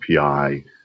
API